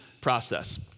process